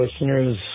listeners